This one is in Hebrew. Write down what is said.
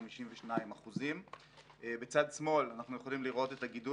252%. בצד שמאל אנחנו יכולים לראות את הגידול